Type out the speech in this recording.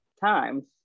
Times